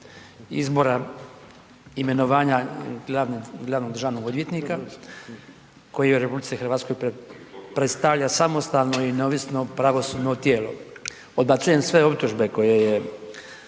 izbora imenovanja glavnog državnog odvjetnika koji u RH predstavlja samostalno i neovisno pravosudno tijelo. Odbacujem sve optužbe koje je